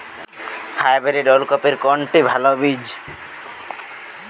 Hybrid ওল কপির কোনটি ভালো বীজ?